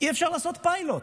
אי-אפשר לעשות פיילוט.